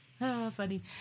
Funny